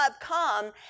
come